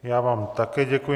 Já vám také děkuji.